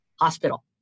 hospital